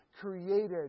created